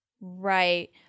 Right